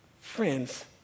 friends